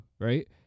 right